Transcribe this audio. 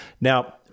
Now